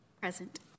Present